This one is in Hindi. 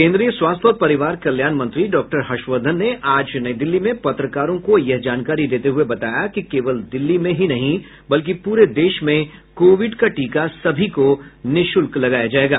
केंद्रीय स्वास्थ्य और परिवार कल्याण मंत्री डॉक्टर हर्षवर्धन ने आज नई दिल्ली में पत्रकारों को यह जानकारी देते हुए बताया कि केवल दिल्ली में ही नहीं बल्कि पूरे देश में कोविड का टीका सभी को निःशुल्क लगाया जाएगा